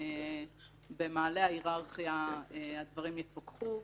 במעלה ההיררכיה הדברים יפוקחו.